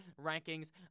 rankings